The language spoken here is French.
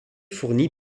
fournie